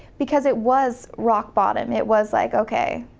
because it was rock bottom. it was like, okay,